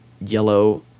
yellow